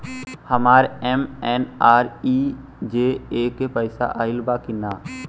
हमार एम.एन.आर.ई.जी.ए के पैसा आइल बा कि ना?